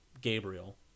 Gabriel